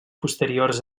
posteriors